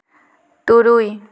ᱛᱩᱨᱩᱭ